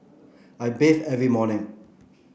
I bathe every morning